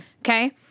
okay